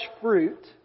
fruit